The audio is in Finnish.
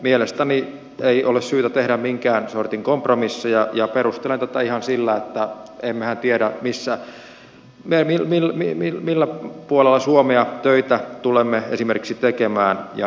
mielestäni ei ole syytä tehdä minkään sortin kompromisseja ja perustelen tätä ihan sillä että emmehän tiedä millä puolella suomea tulemme esimerkiksi töitä tekemään ja näin edespäin